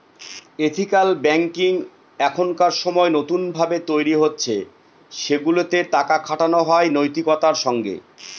ethical banking এখনকার সময় নতুন ভাবে তৈরী হচ্ছে সেগুলাতে টাকা খাটানো হয় নৈতিকতার সঙ্গে